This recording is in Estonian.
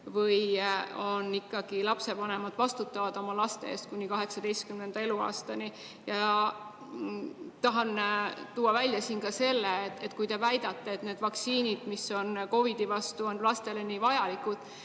või ikkagi lapsevanemad vastutavad oma laste eest kuni 18. eluaastani? Tahan tuua välja ka selle, et kui te väidate, et need vaktsiinid, mis on COVID-i vastu, on lastele nii vajalikud,